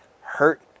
hurt